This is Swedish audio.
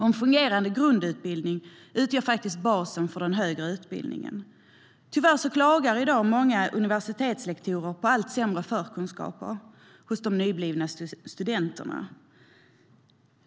En fungerande grundutbildning utgör basen för den högre utbildningen, och tyvärr klagar i dag många universitetslektorer på allt sämre förkunskaper hos de nyblivna studenterna.